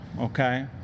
okay